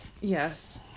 Yes